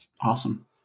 Awesome